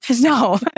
no